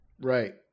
Right